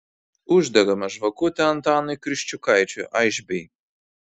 uždegame žvakutę antanui kriščiukaičiui aišbei